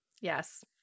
Yes